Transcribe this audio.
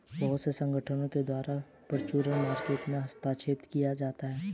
बहुत से संगठनों के द्वारा फ्यूचर मार्केट में हस्तक्षेप किया जाता है